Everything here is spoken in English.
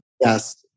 Yes